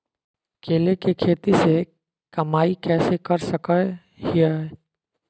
केले के खेती से कमाई कैसे कर सकय हयय?